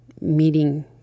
meeting